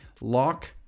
lock